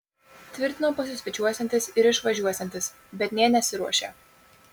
tvirtino pasisvečiuosiantis ir išvažiuosiantis bet nė nesiruošė